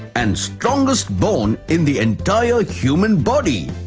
and strongest bone in the entire like human body.